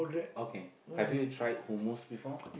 okay have you tried hummus before